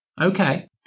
Okay